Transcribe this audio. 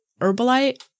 Herbalite